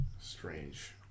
Strange